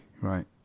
right